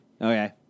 Okay